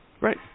Right